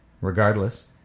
Regardless